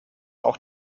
auch